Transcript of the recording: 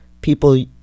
people